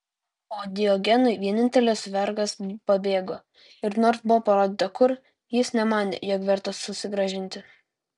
o diogenui vienintelis vergas pabėgo ir nors buvo parodyta kur jis nemanė jog verta susigrąžinti